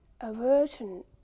aversion